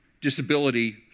Disability